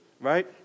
right